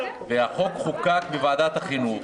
והחוק חוקק בוועדת החינוך.